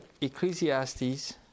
Ecclesiastes